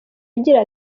agira